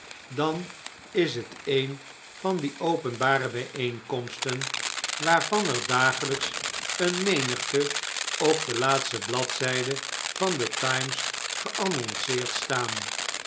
dan is a ooa tjadq do het een van die openbare bijeenkomsten waarvan er dagelijks een menigte op de laatste bladzijde van de times geannonceerd staan